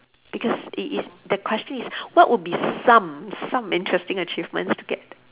because it is the question is what would be some some interesting achievements to get